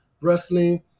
Wrestling